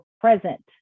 present